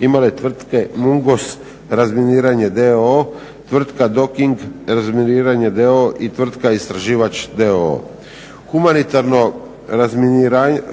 imale tvrtke "Mungos razminiranje" d.o.o., tvrtka "Doking razminiranje" d.o.o. i tvrtka "Istraživač" d.o.o. Humanitarno